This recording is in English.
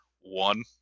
one